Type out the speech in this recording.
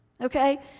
okay